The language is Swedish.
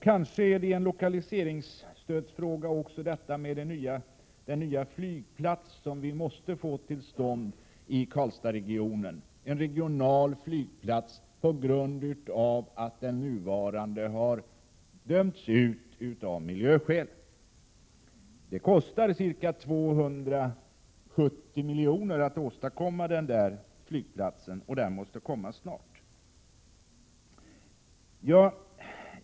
Kanske är det en lokaliseringsstödsfråga också detta med den nya flygplats som vi måste få till Karlstadsregionen, en regional flygplats, på grund av att den nuvarande har dömts ut av miljöskäl. Det kostar ca 270 miljoner att åstadkomma den flygplatsen, och den måste åstadkommas snart.